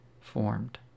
formed